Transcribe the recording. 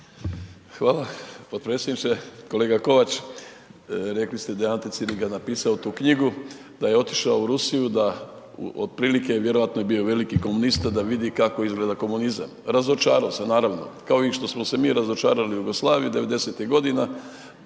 Hvala potpredsjedniče. Kolega Kovač, rekli ste da je Ante Ciliga napisao tu knjigu, da je otišao u Rusiju, da otprilike je vjerojatno i bio veliki komunista da vidi kako izgleda komunizam. Razočarao se, naravno, kao i što smo se mi razočarali u Jugoslaviju '90.-tih godina